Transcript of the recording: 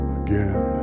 again